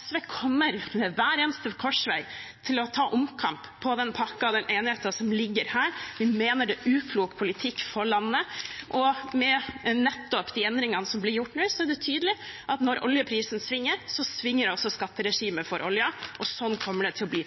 SV kommer ved hver eneste korsvei til å ta omkamp om den pakken, den enigheten som ligger her. Vi mener det er uklok politikk for landet, og med nettopp de endringene som blir gjort nå, er det tydelig at når oljeprisen svinger, svinger også skatteregimet for oljen, og sånn kommer det til å bli.